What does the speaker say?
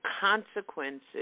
consequences